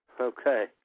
Okay